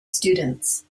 students